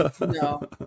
No